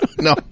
No